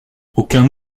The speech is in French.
aucun